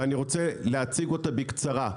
ואני רוצה להציג אותה בקצרה.